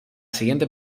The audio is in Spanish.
siguiente